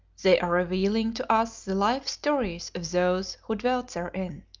they are revealing to us the life-stories of those who dwelt therein